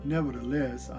Nevertheless